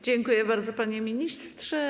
Dziękuję bardzo, panie ministrze.